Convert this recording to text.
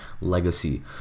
legacy